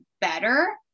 better